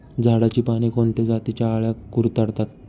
झाडाची पाने कोणत्या जातीच्या अळ्या कुरडतात?